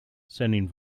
sending